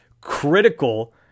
critical